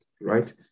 right